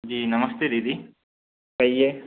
जी नमस्ते दीदी कहिए